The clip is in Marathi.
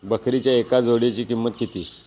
बकरीच्या एका जोडयेची किंमत किती?